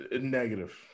Negative